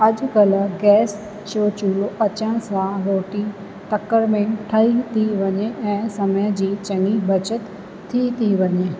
अॼु कल्ह गैस जो चूल्हो अचण सां रोटी तकड़ि में ठही थी वञे ऐं समय जी चङी बचति थी थी वञे